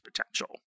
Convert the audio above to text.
potential